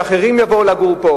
שאחרים יבואו לגור פה,